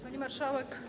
Pani Marszałek!